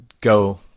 go